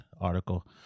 article